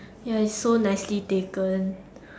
ya it's so nicely taken